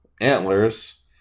Antlers